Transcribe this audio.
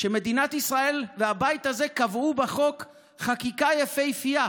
שמדינת ישראל והבית הזה קבעו בחוק חקיקה יפהפייה: